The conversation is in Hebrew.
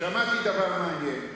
שמעתי דבר מעניין,